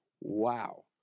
wow